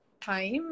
time